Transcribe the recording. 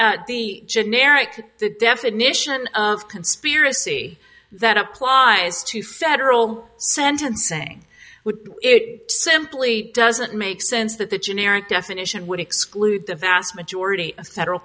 the generic definition of conspiracy that applies to federal sentencing would it simply doesn't make sense that the generic definition would exclude the vast majority of federal